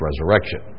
resurrection